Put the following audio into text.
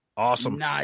Awesome